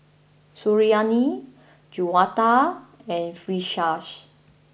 Suriani Juwita and Firash